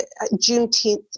Juneteenth